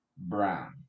Brown